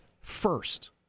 first